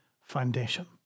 foundation